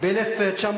באיזו שנה זה היה?